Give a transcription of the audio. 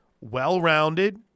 well-rounded